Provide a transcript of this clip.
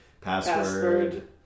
Password